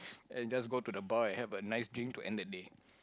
and just go to the bar and have a nice drink to end the day